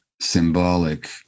symbolic